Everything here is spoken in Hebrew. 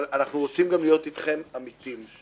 אבל אנחנו רוצים להיות אתכם אמיתיים;